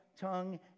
tongue